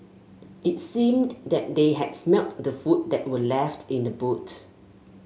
it seemed that they had smelt the food that were left in the boot